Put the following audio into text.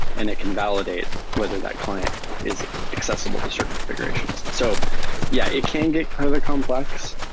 and it can validate whether that client is accessible to certain configurations. so yeah, it can get highly complex,